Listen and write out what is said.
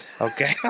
Okay